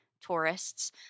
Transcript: tourists